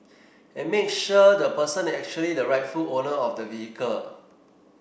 and make sure the person is actually the rightful owner of the vehicle